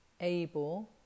able